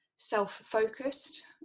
self-focused